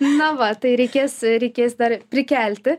na va tai reikės reikės dar prikelti